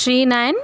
three nine